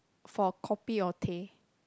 for kopi or teh